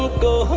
ah go,